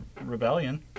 Rebellion